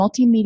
multimedia